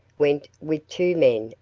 went with two men,